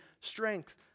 strength